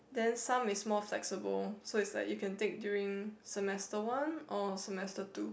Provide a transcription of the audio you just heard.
then some is more flexible so it's like you can take during semester one or semester two